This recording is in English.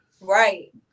right